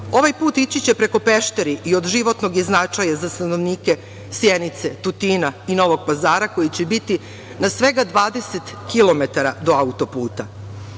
Ovaj put ići će preko Pešteri i od životnog je značaja za stanovnike Sjenice, Tutina i Novog Pazara, koji će biti na svega 20 kilometara